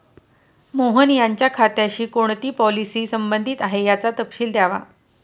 मोहन यांच्या खात्याशी कोणती पॉलिसी संबंधित आहे, याचा तपशील द्यावा